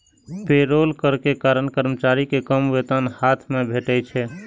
payroll कर के कारण कर्मचारी कें कम वेतन हाथ मे भेटै छै